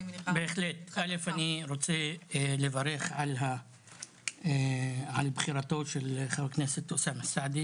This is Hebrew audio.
אני רוצה לברך על בחירתו של חבר הכנסת אוסאמה סעדי,